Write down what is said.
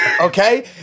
Okay